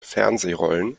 fernsehrollen